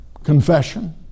confession